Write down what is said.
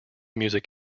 music